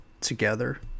together